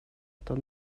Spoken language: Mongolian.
надад